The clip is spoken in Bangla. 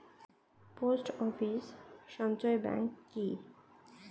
পোস্ট অফিস সঞ্চয় ব্যাংক কি?